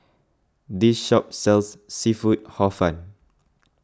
this shop sells Seafood Hor Fun